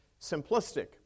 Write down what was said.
simplistic